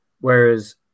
Whereas